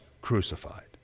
crucified